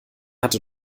hatte